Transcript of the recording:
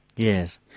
Yes